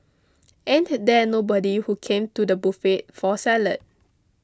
ain't there nobody who came to the buffet for salad